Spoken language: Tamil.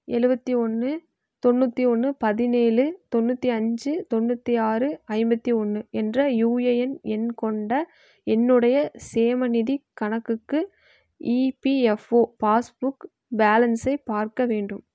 எழுபத்தி ஒன்று தொண்ணூற்றி ஒன்று பதினேழு தொண்ணூற்றி அஞ்சு தொண்ணூற்றி ஆறு ஐம்பத்தி ஒன்று என்ற யுஏஎன் எண் கொண்ட என்னுடைய சேமநிதிக் கணக்குக்கு இபிஎஃப்ஓ பாஸ்புக் பேலன்ஸை பார்க்க வேண்டும்